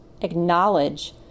acknowledge